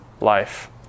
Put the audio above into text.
life